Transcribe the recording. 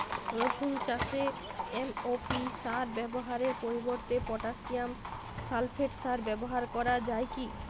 রসুন চাষে এম.ও.পি সার ব্যবহারের পরিবর্তে পটাসিয়াম সালফেট সার ব্যাবহার করা যায় কি?